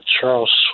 Charles